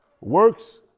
works